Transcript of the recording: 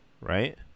Right